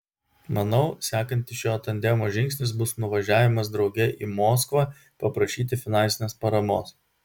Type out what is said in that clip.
manau sekantis šio tandemo žingsnis bus nuvažiavimas drauge į moskvą paprašyti finansinės paramos